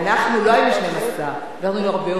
אנחנו לא היינו 12, הגענו להרבה יותר.